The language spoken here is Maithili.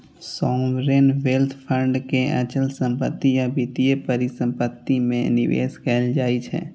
सॉवरेन वेल्थ फंड के अचल संपत्ति आ वित्तीय परिसंपत्ति मे निवेश कैल जाइ छै